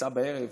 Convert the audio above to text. ביצה בערב,